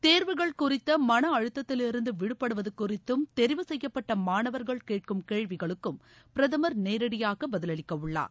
தேர்வுகள் குறித்த மன அழுத்தத்திலிருந்து விடுபடுவது குறித்தும் தெரிவு செய்யப்பட்ட மாணவர்கள் கேட்கும் கேள்விகளுக்கும் பிரதமர் நேரடியாக பதிலளிக்கவுள்ளார்